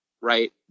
Right